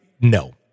no